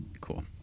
cool